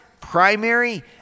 primary